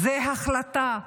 זו החלטה,